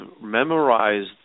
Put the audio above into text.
memorize